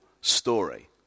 story